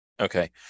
Okay